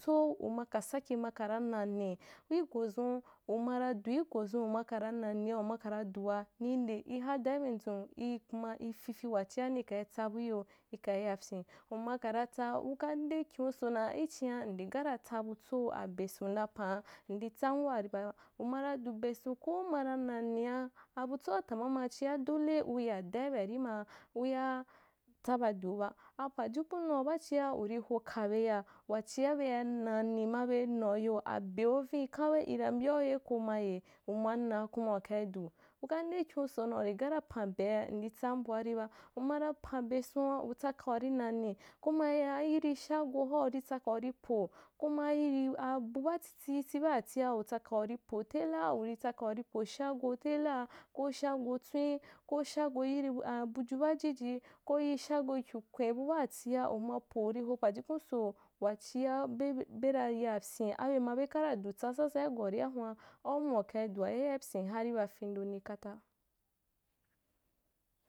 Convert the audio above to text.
Tsoo umaka sake mana nane igozun, umara dui gozun uma kara nane’a uma kara dua ni n de ihadai ben zun i kuma ififi wachia nikai tsabui yo ikas yapyin, uma kara tsaa uka n de kin uso dan nrigaa na tsabutso abeson n na pan’a n ditsam waa ri ba, umara du besan ko umara nanea, abutsoa tama ma chia dole uya duai be arī maa uyaa tsaba diu ba, apajukun nau bachia urì ho ka be ya wachia be ya nane ma bei n avyo, abeu vini kawe rira mbyau yoi ko maye, uma naa kuma ukai du, uka nde kin u so dan urì gaa ra pan be’a nditsam bua ri ba, uma ra pan be son’a utsaka urī na ne koma ayiri shago hoa utsaka uripo, ko yiri abu baa titti iti badatia utsaka uripo tela, uritsaka urì po shago tela ko shago tsweu, ko shago yiri abugu baa jiji, ko yii shago kinkwen bu baatia uma po uri ho pajukun so, wachia bebi bera yapyin’ abema beka ra du tsazaza igoa ria hun’a, auma ukai du wa ya yai pyin harì ba fen do ni kata.